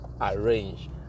arrange